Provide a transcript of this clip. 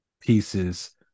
pieces